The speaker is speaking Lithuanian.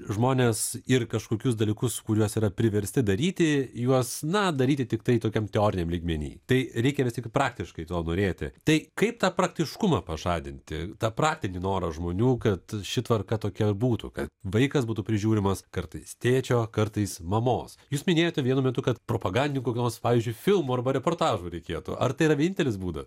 žmonės ir kažkokius dalykus kuriuos yra priversti daryti juos na daryti tiktai tokiam teoriniam lygmeny tai reikia vis tik praktiškai to norėti tai kaip tą praktiškumą pažadinti tą praktinį norą žmonių kad ši tvarka tokia būtų kad vaikas būtų prižiūrimas kartais tėčio kartais mamos jūs minėjote vienu metu kad propagandinių kokių nors pavyzdžiui filmų arba reportažų reikėtų ar tai yra vieintelis būdas